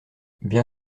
bien